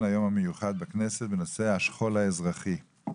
היום המיוחד בכנסת בנושא השכול האזרחי,